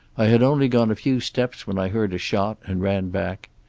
i had only gone a few steps when i heard a shot, and ran back.